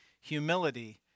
Humility